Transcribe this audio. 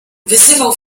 wyzywał